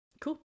Cool